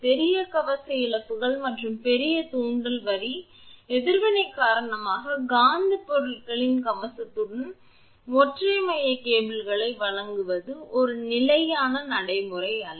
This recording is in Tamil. பெரிய கவச இழப்புகள் மற்றும் பெரிய தூண்டல் வரி எதிர்வினை காரணமாக காந்தப் பொருட்களின் கவசத்துடன் ஒற்றை மைய கேபிள்களை வழங்குவது ஒரு நிலையான நடைமுறை அல்ல